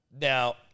Now